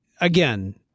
again